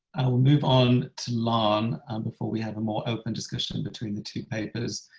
will move on to larne before we have a more open discussion between the two papers.